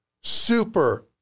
super